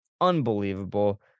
unbelievable